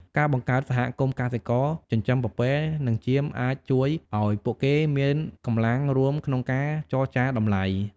ការបង្កើតសហគមន៍កសិករចិញ្ចឹមពពែនិងចៀមអាចជួយឲ្យពួកគេមានកម្លាំងរួមក្នុងការចរចាតម្លៃ។